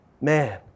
man